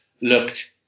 looked